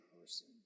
person